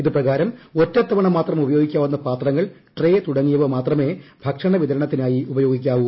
ഇത് പ്രകാരം ഒറ്റത്തവണ മാത്രം ഉപയോഗിക്കാവുന്ന പാത്രങ്ങൾ ട്രേ തുടങ്ങിയവ മാത്രമേ ഭക്ഷണ വിതരണത്തിനായി ഉപയോഗിക്കാവു